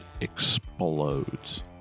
explodes